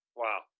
wow